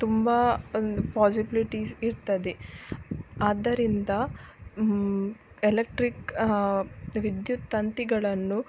ತುಂಬ ಒಂದು ಪಾಸಿಬಿಲಿಟೀಸ್ ಇರ್ತದೆ ಆದ್ದರಿಂದ ಎಲೆಕ್ಟ್ರಿಕ್ ವಿದ್ಯುತ್ ತಂತಿಗಳನ್ನು